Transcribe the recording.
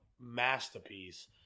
masterpiece